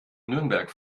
nürnberg